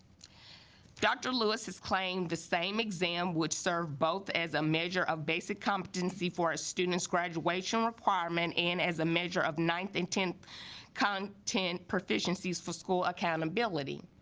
dr. lewis has claimed the same exam which serve both as a measure of basic competency for a student's graduation requirement and as a measure of ninth and tenth content proficiencies for school accountability